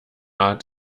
art